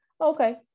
okay